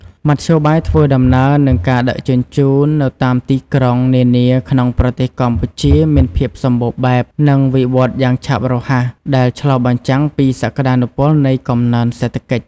មធ្យោបាយធ្វើដំណើរ និងការដឹកជញ្ជូននៅតាមទីក្រុងនានាក្នុងប្រទេសកម្ពុជាមានភាពសម្បូរបែប និងវិវត្តន៍យ៉ាងឆាប់រហ័ស ដែលឆ្លុះបញ្ចាំងពីសក្ដានុពលនៃកំណើនសេដ្ឋកិច្ច។